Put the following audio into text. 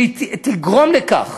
ושהיא תגרום לכך